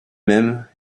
même